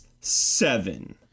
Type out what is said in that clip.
Seven